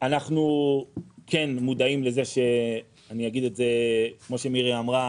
אנחנו כן מודעים אני אגיד את זה כמו שמירי אמרה